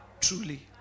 truly